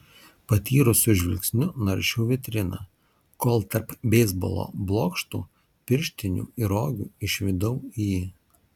patyrusiu žvilgsniu naršiau vitriną kol tarp beisbolo blokštų pirštinių ir rogių išvydau jį